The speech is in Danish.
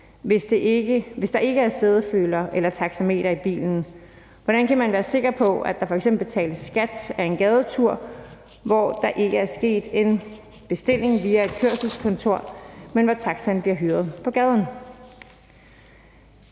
hvis der ikke er sædeføler eller taxameter i bilen. Hvordan kan man være sikker på, at der f.eks. betales skat af en gadetur, hvor der ikke er sket en bestilling via et kørselskontor, men hvor taxaen bliver hyret på gaden?